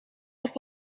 nog